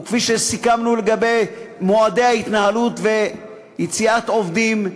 וכפי שסיכמנו לגבי מועדי ההתנהלות ויציאת עובדים.